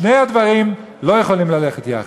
שני הדברים לא יכולים ללכת יחד.